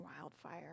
wildfire